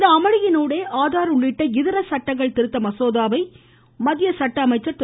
இந்த அமளியினூடே ஆதார் உள்ளிட்ட இதர சட்டங்கள் திருத்த மசோதாவை சட்ட அமைச்சர் திரு